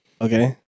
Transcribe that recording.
Okay